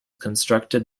constructed